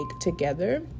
together